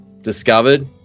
discovered